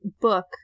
book